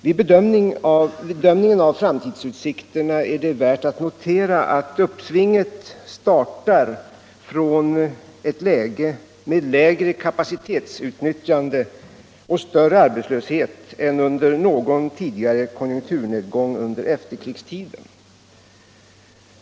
Vid bedömningen av framtidsutsikterna är det värt att notera att uppsvinget startar från ett läge med lägre kapacitetsutnyttjande och större arbetslöshet än under någon tidigare konjunkturnedgång under efterkrigstiden.